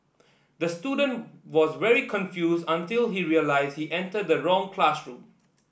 the student was very confused until he realised he entered the wrong classroom